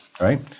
right